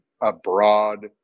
abroad